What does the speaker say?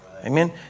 Amen